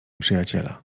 przyjaciela